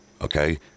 okay